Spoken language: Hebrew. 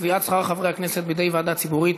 קביעת שכר חברי הכנסת בידי ועדה ציבורית),